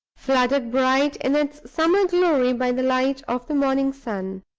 flooded bright in its summer glory by the light of the morning sun.